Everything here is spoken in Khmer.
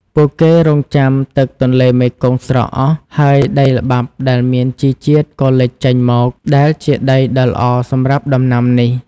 ពួកគេរង់ចាំទឹកទន្លេមេគង្គស្រកអស់ ហើយដីល្បាប់ដែលមានជីជាតិក៏លេចចេញមក ដែលជាដីដ៏ល្អសម្រាប់ដំណាំនេះ។